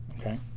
Okay